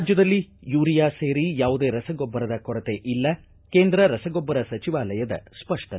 ರಾಜ್ಯದಲ್ಲಿ ಯೂರಿಯಾ ಸೇರಿ ಯಾವುದೇ ರಸಗೊಬ್ಬರದ ಕೊರತೆ ಇಲ್ಲ ಕೇಂದ್ರ ರಸಗೊಬ್ಬರ ಸಚಿವಾಲಯದ ಸ್ಪಷ್ಟನೆ